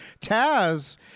Taz